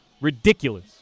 Ridiculous